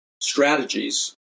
strategies